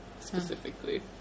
specifically